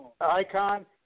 Icon